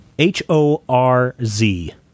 H-O-R-Z